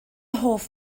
hoff